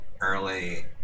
early